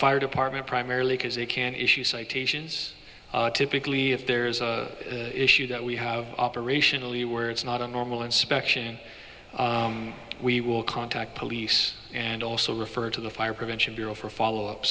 fire department primarily because they can issue citations typically if there's a issue that we have operationally where it's not a normal inspection we will contact police and also refer to the fire prevention bureau for follow up